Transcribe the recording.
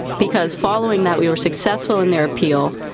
because following that, we were successful in their appeal.